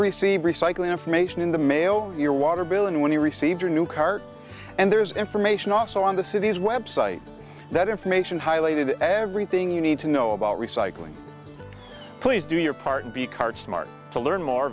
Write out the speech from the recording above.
receive recycle information in the mail your water bill and when you received your new car and there's information also on the city's website that information highlighted everything you need to know about recycling please do your part b card smart to learn more